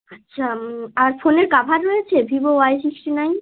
আচ্ছা আর ফোনের কভার রয়েছে ভিভো ওয়াই সিক্সটি নাইন